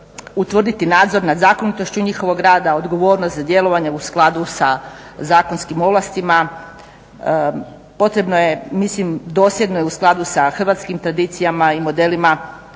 utvrditi nadzor nad zakonitošću njihovog rada, odgovornost za djelovanje u skladu sa zakonskim ovlastima, potrebno je, mislim dosljedno je u skladu sa hrvatskim tradicijama i modelima